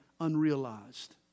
unrealized